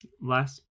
last